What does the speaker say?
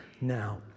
now